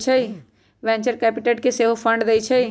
venture capitalist सेहो fund देइ छइ